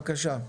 בבקשה.